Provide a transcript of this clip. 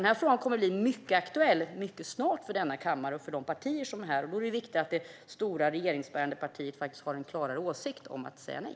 Denna fråga kommer nämligen mycket snart att bli aktuell för denna kammare och för partierna här. Då är det viktigt att det stora regeringsbärande partiet faktiskt har en klarare åsikt om att säga nej.